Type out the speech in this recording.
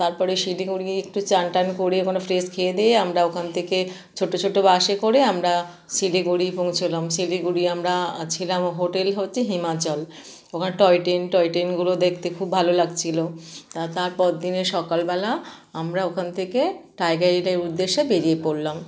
তারপরে শিলিগুড়ি একটু চান টান করে মানে ফ্রেশ খেয়ে দেয়ে আমরা ওখান থেকে ছোটো ছোটো বাসে করে আমরা শিলিগুড়ি পৌঁছোলাম শিলিগুড়ি আমরা ছিলাম হোটেল হচ্চে হিমাচল ওখানে টয় ট্রেন টয় ট্রেনগুলো দেখতে খুব ভালো লাগছিলো তা তার পরদিনে সকালবেলা আমরা ওখান থেকে টাইগার হিলের উদ্দেশ্যে বেরিয়ে পড়লাম